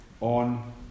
on